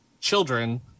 children